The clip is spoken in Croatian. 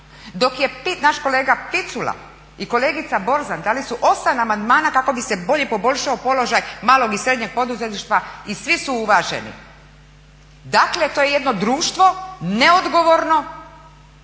Dok je naš kolega Picula i kolegica Borzan dali su osam amandmana kako bi se bolje poboljšao položaj malog i srednjeg poduzetništva i svi su uvaženi. Dakle, to je jedno društvo neodgovorno